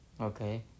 Okay